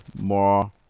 more